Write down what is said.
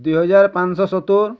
ଦୁଇ ହଜାର ପାଂସ ସତୁର